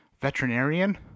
veterinarian